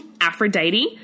Aphrodite